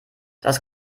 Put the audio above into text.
das